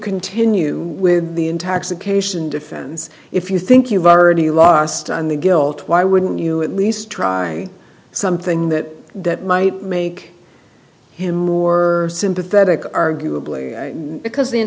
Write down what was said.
continue with the intoxication defense if you think you've already lost on the guilt why wouldn't you at least try something that might make you more sympathetic arguably because the